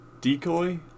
decoy